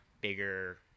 bigger